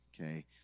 okay